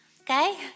Okay